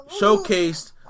showcased